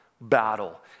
battle